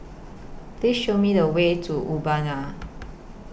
Please Show Me The Way to Urbana